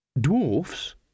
Dwarfs